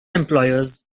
employers